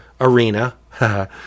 arena